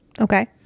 Okay